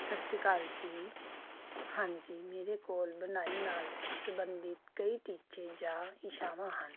ਸਤਿ ਸ਼੍ਰੀ ਅਕਾਲ ਜੀ ਹਾਂਜੀ ਮੇਰੇ ਕੋਲ ਬੁਣਾਈ ਨਾਲ ਸਬੰਧਿਤ ਕਈ ਟੀਚੇ ਜਾਂ ਇੱਛਾਵਾਂ ਹਨ